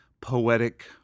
poetic